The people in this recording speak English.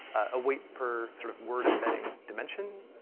a weight per, sort of word embedding dimension,